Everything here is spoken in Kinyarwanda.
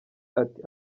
ati